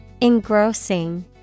Engrossing